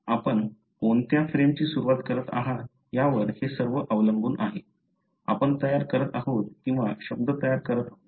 आपण कोणत्या फ्रेमची सुरुवात करत आहात यावर हे सर्व अवलंबून आहे आपण तयार करत आहोत किंवा शब्द तयार करत आहोत